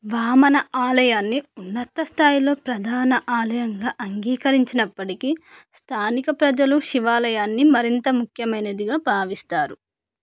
వామన ఆలయాన్ని ఉన్నత స్థాయిలో ప్రధాన ఆలయంగా అంగీకరించినప్పటికీ స్థానిక ప్రజలు శివాలయాన్ని మరింత ముఖ్యమైనదిగా భావిస్తారు